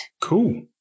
Cool